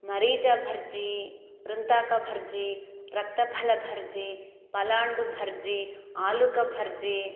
मरीचभर्जी वृन्ताकभर्जी रक्तफलभर्जी पलाण्डुभर्जी आलुकभर्जी